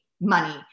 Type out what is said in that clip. money